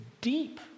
deep